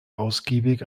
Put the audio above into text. ausgiebig